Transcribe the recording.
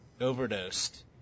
overdosed